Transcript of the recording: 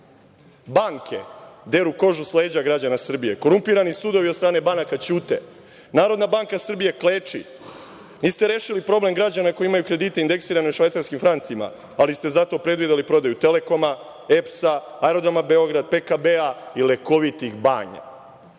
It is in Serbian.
deru kožu s leđa građana Srbije. Korumpirani sudovi od strane banaka ćute. Narodna banka Srbije kleči. Niste rešili problem građana koji imaju kredite indeksirane u švajcarski francima, ali ste zato predvideli prodaju Telekoma, EPS-a, Aerodroma Beograd, PKB-a i lekovitih